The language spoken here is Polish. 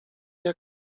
jak